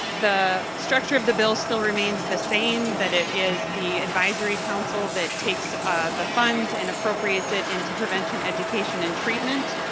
the structure of the bill still remains the same. that it is the advisory council that takes the funds and appropriated into prevention education and treatment.